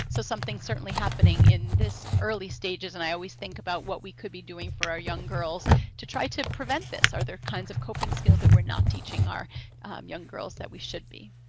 so something's certainly happening in this early stages, and i always think about what we could be doing for our young girls to try to prevent this. are there kinds of coping skills that we're not teaching our young girls that we should be?